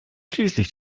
schließlich